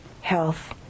health